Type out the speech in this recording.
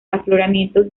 afloramientos